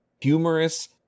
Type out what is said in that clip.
humorous